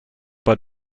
bei